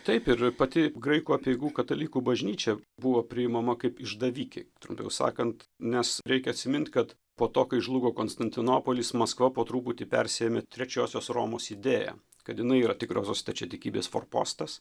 taip ir pati graikų apeigų katalikų bažnyčia buvo priimama kaip išdavikė trumpiau sakant nes reikia atsimint kad po to kai žlugo konstantinopolis maskva po truputį persiėmė trečiosios romos idėją kad jinai yra tikrosios stačiatikybės forpostas